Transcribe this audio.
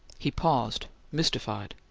he paused, mystified.